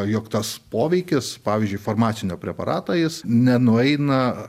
jog tas poveikis pavyzdžiui farmacinio preparatą jis nenueina